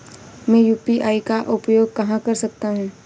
मैं यू.पी.आई का उपयोग कहां कर सकता हूं?